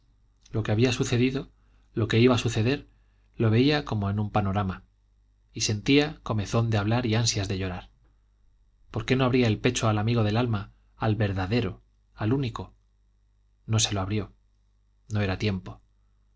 lo que había sucedido lo que iba a suceder lo veía como en un panorama y sentía comezón de hablar y ansias de llorar por qué no abría el pecho al amigo del alma al verdadero al único no se lo abrió no era tiempo